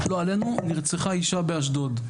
לא עלינו, נרצחה אישה באשדוד,